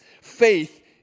Faith